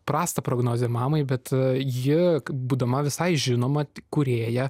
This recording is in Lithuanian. prastą prognozę mamai bet ji būdama visai žinoma kūrėja